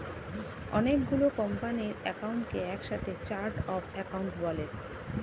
অনেক গুলো কোম্পানির অ্যাকাউন্টকে একসাথে চার্ট অফ অ্যাকাউন্ট বলে